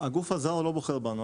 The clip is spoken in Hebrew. הגוף הזר לא בוחר בנו.